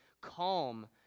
calm